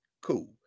Cool